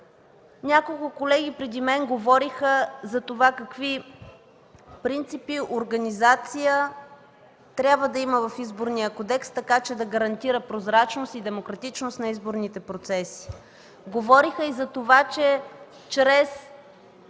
Няколко колеги преди мен говореха за това какви принципи и организация трябва да има в Изборния кодекс, така че да гарантират прозрачност и демократичност на изборните процеси. Говориха и за това, че чрез